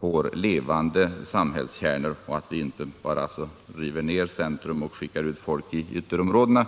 får levande samhällskärnor. Man bör inte bara riva ned centrum och skicka ut folk till ytterområdena.